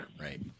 right